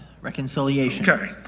Reconciliation